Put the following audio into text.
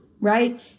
Right